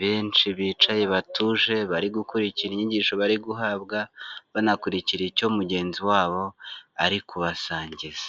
benshi bicaye batuje, bari gukurikira inyigisho bari guhabwa, banakurikira icyo mugenzi wabo ari kubasangiza.